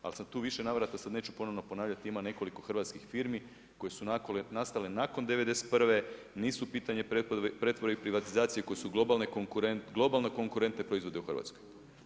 Ali sad tu u više navrata neću ponovno ponavljati, ima nekoliko hrvatskih firmi koje su nastale nakon '91., nisu pitanje pretvorbe i privatizacije koje su globalni konkurenti proizvode u Hrvatskoj.